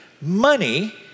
money